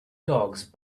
dogs